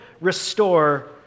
Restore